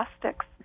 plastics